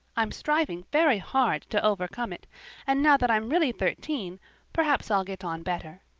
i'm striving very hard to overcome it and now that i'm really thirteen perhaps i'll get on better.